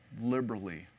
liberally